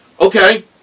Okay